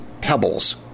Pebbles